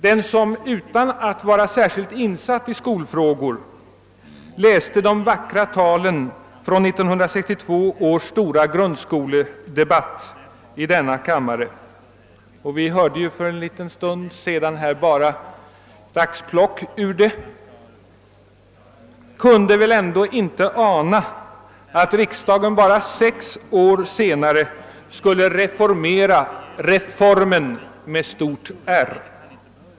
Den som utan att vara särskilt Insatt i skolfrågor läste de vackra talen från 1962 års stora grundskoledebatt i denna kammare — vi hörde för en stund sedan ett litet citat ur den — kunde väl ändå inte ana att riksdagen bara sex år senare skulle reformera Reformen.